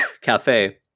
cafe